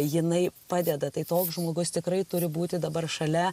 jinai padeda tai toks žmogus tikrai turi būti dabar šalia